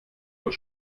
wohl